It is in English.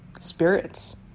spirits